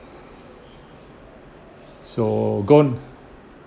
so gone